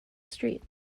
street